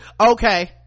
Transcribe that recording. okay